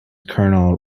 colonel